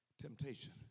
temptation